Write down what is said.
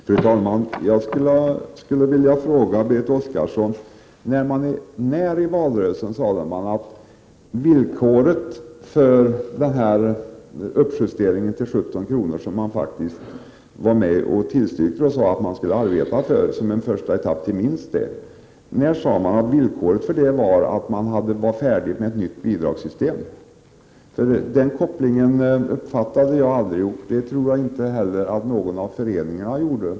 Fru talman! Jag skulle vilja ställa en fråga till Berit Oscarsson. Den här uppjusteringen till 17 kr. var man faktiskt med om att tillstyrka, och man sade att man skulle arbeta för minst detta som en första etapp. När i valrörelsen sade man att villkoret för denna uppjustering var att man var färdig med ett nytt bidragssystem? Jag uppfattade aldrig den kopplingen, och det tror jag inte heller att någon av föreningarna gjorde.